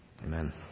Amen